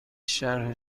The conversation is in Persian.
شرح